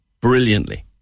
brilliantly